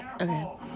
Okay